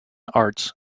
arts